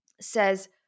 says